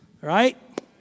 Right